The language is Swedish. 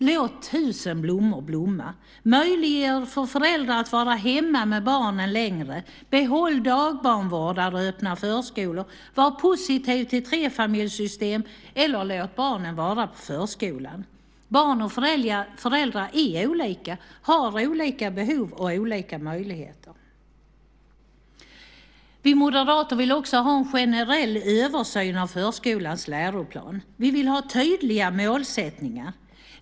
Låt tusen blommor blomma! Möjliggör för föräldrar att vara hemma med barnen längre, behåll dagbarnvårdare och öppna förskolor, var positiv till trefamiljssystem eller låt barnen vara på förskolan! Barn och föräldrar är olika, har olika behov och olika möjligheter. Vi moderater vill ha en generell översyn av förskolans läroplan. Vi vill ha tydliga målsättningar.